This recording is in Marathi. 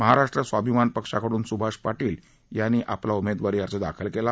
महाराष्ट्र स्वाभिमान पक्षाकडून सुभाष पाटील यांनी आज उमेदवारी अर्ज दाखल केला